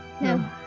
No